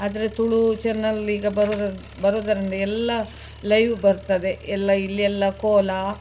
ಆದರೆ ತುಳು ಚೆನ್ನಲ್ ಈಗ ಬರೋರರ ಬರೋದರಿಂದ ಎಲ್ಲ ಲೈವ್ ಬರ್ತದೆ ಎಲ್ಲ ಇಲ್ಲಿ ಎಲ್ಲ ಕೋಲ